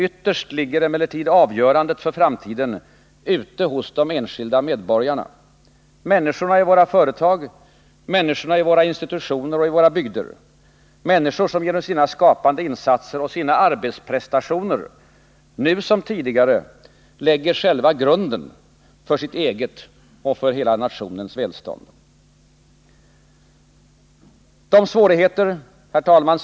Ytterst ligger emellertid avgörandet för framtiden ute hos de enskilda medborgarna, hos människorna i våra företag, i våra institutioner och i våra bygder, människor som genom sina skapande insatser och sina arbetsprestationer nu som tidigare lägger själva grunden för sitt eget och för hela nationens välstånd. Fru talman!